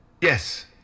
Yes